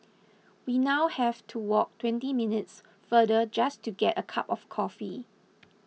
we now have to walk twenty minutes farther just to get a cup of coffee